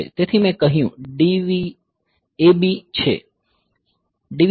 તેથી મેં કહ્યું DIV AB છે